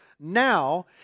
Now